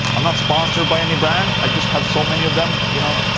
i'm not sponsored by any brand. i just have so many of them, you know,